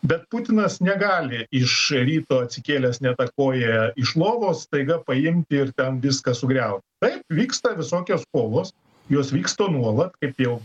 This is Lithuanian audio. bet putinas negali iš ryto atsikėlęs ne ta koja iš lovos staiga paimti ir ten viskas sugriaut taip vyksta visokios kovos jos vyksta nuolat kaip jau